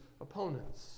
opponents